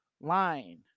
Line